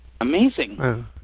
Amazing